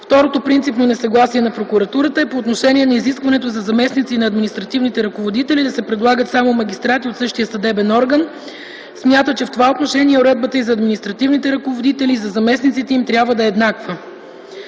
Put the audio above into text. Второто принципно несъгласие на Прокуратурата е по отношение на изискването за заместници на административните ръководители да се предлагат само магистрати от същия съдебен орган. Смята, че в това отношение уредбата и за административните ръководители, и за заместниците им трябва да е еднаква.